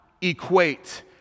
equate